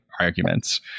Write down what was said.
arguments